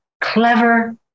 clever